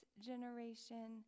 generation